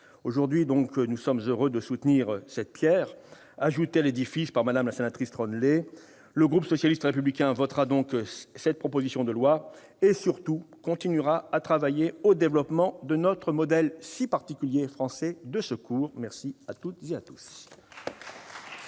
Aujourd'hui, nous sommes heureux de soutenir la pierre ajoutée à l'édifice par Mme Catherine Troendlé. Le groupe socialiste et républicain votera donc cette proposition de loi, et continuera à travailler au développement de notre modèle si particulier de secours. La parole est à Mme